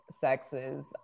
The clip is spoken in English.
Sexes